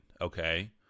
okay